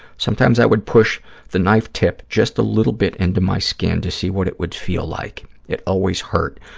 sometimes i would push the knife tip just a little bit into my skin to see what it would feel like. it always hurt,